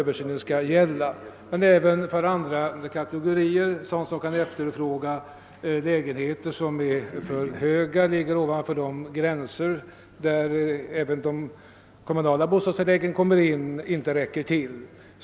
Men den skall också beröra andra kategorier som kan efterfråga lägenheter som är för dyra för dem och där de kommunala bostadstilläggen inte räcker till.